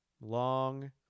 long